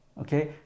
Okay